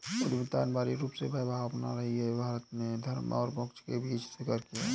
उद्यमिता अनिवार्य रूप से वह भावना रही है, भारत ने धर्म और मोक्ष के बीच स्वीकार किया है